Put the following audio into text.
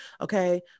Okay